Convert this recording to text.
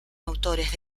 autores